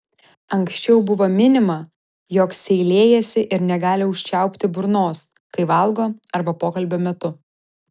anksčiau buvo minima jog seilėjasi ir negali užčiaupti burnos kai valgo arba pokalbio metu